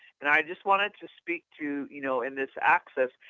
and i just wanted to speak to you know and this access.